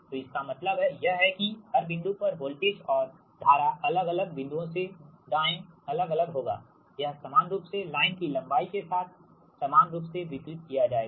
तो इसका मतलब यह है कि हर बिंदु पर वोल्टेज और धारा अलग अलग बिंदुओं से दाएं अलग अलग होगा यह समान रूप से लाइन की लंबाई के साथ समान रूप से वितरित किया जाएगा